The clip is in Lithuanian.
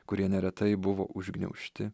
kurie neretai buvo užgniaužti